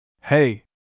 Hey